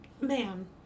man